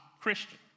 Christian